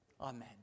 Amen